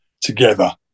together